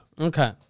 Okay